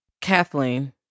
Kathleen